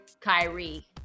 Kyrie